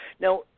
Now